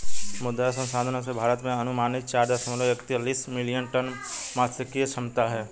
मुद्री संसाधनों से, भारत में अनुमानित चार दशमलव एकतालिश मिलियन टन मात्स्यिकी क्षमता है